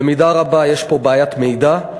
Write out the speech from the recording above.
במידה רבה יש פה בעיית מידע.